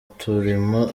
turimo